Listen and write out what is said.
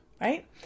right